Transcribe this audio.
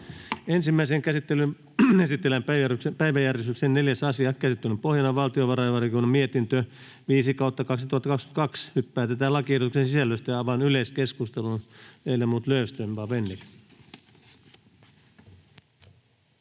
Ensimmäiseen käsittelyyn esitellään päiväjärjestyksen 4. asia. Käsittelyn pohjana on valtiovarainvaliokunnan mietintö VaVM 5/2022 vp. Nyt päätetään lakiehdotuksen sisällöstä. — Avaan yleiskeskustelun.